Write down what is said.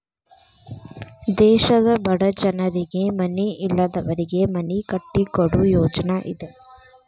ದೇಶದ ಬಡ ಜನರಿಗೆ ಮನಿ ಇಲ್ಲದವರಿಗೆ ಮನಿ ಕಟ್ಟಿಕೊಡು ಯೋಜ್ನಾ ಇದ